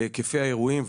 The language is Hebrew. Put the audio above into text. להיקפי האירועים,